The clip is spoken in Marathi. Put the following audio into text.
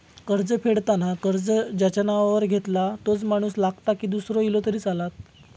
कर्ज फेडताना कर्ज ज्याच्या नावावर घेतला तोच माणूस लागता की दूसरो इलो तरी चलात?